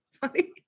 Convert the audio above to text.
funny